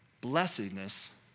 blessedness